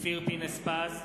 אופיר פינס-פז,